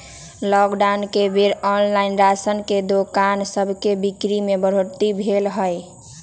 lockdown के बेर online ration के दोकान सभके बिक्री में बढ़ोतरी भेल हइ